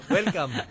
Welcome